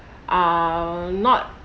ah not